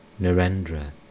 Narendra